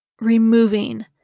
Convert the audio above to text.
removing